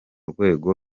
rwego